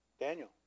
Daniel